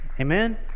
amen